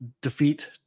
defeat